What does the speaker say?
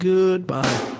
Goodbye